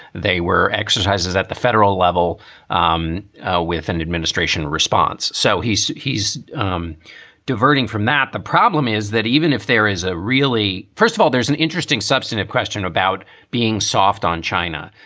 they were exercises at the federal level um with an administration response. so he's he's um diverting from that. the problem is that even if there is a really first of all, there's an interesting substantive question about being soft on china.